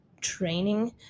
training